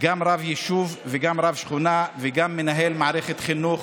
רב יישוב, רב שכונה וגם מנהל מערכת חינוך,